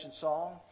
song